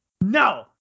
No